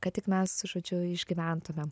kad tik mes žodžiu išgyventumėm